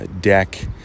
deck